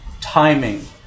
timing